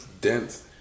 Dense